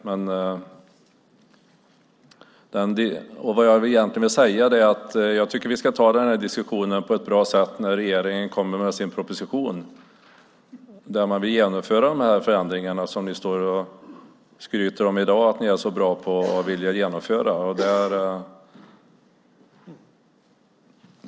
Det jag egentligen vill säga är att jag tycker att vi ska ta den här diskussionen på ett bra sätt när regeringen kommer med sin proposition där man vill genomföra de förändringar som ni står här och skryter om i dag att ni är så bra på.